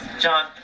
John